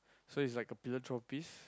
so he's like a philanthropist